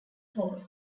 hall